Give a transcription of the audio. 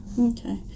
Okay